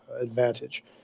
advantage